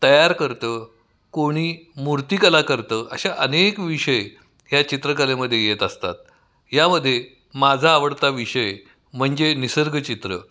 तयार करतं कोणी मूर्तिकला करतं अशा अनेक विषय ह्या चित्रकलेमध्ये येत असतात यामध्ये माझा आवडता विषय म्हणजे निसर्गचित्र